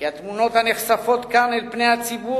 כי התמונות הנחשפות כאן אל פני הציבור